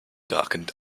darkened